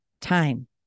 time